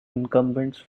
incumbents